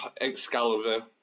Excalibur